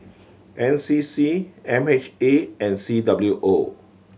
N C C M H A and C W O